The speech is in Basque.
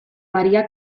maria